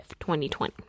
2020